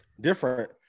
Different